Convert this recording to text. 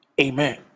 Amen